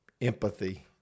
empathy